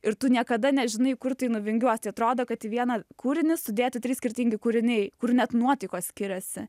ir tu niekada nežinai kur tai nuvingiuos tai atrodo kad į vieną kūrinį sudėti trys skirtingi kūriniai kur net nuotaikos skiriasi